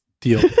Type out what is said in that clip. deal